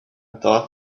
thought